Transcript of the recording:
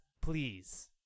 please